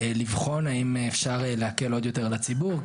לבחון האם אפשר להקל עוד יותר על הציבור,